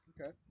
okay